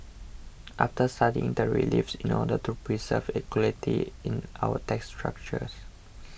after studying the reliefs in order to preserve equity in our tax structure